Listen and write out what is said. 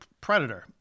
Predator